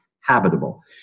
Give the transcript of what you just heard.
habitable